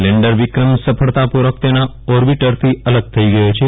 lander Vikram સફળતાપૂર્વક તેના ઓર્બીટરથી અલગ થઇ ગયો છે